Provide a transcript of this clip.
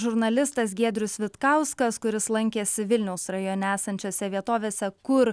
žurnalistas giedrius vitkauskas kuris lankėsi vilniaus rajone esančiose vietovėse kur